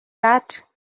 that